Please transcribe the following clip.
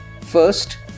First